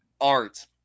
Art